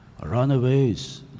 Runaways